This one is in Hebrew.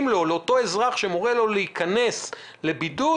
לאותו אזרח שמורים לו להיכנס לבידוד,